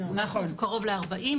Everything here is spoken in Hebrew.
האחוז הוא קרוב ל-40%,